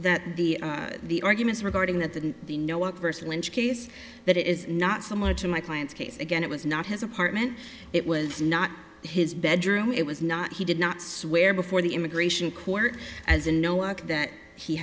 that the the arguments regarding that the the no adverse lynch case that it is not so much in my client's case again it was not his apartment it was not his bedroom it was not he did not swear before the immigration court as in no walk that he